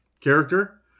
character